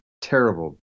terrible